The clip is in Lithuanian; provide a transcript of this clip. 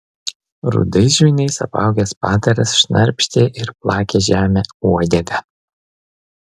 rudais žvynais apaugęs padaras šnarpštė ir plakė žemę uodega